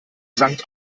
sankt